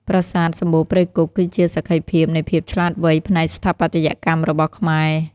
ប្រាសាទសំបូរព្រៃគុក គឺជាសក្ខីភាពនៃភាពឆ្លាតវៃផ្នែកស្ថាបត្យកម្មរបស់ខ្មែរ។